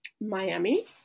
Miami